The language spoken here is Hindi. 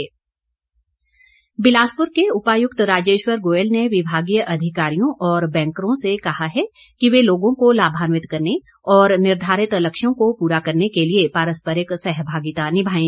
डीसी बिलासपुर बिलासपूर के उपायुक्त राजेश्वर गोयल ने विभागीय अधिकारियों और बैंकरों से कहा है कि वे लोगों को लाभान्वित करने और निर्धारित लक्ष्यों को पूरा करने के लिए पारस्परिक सहभागिता निभाएं